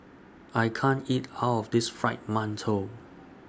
I can't eat All of This Fried mantou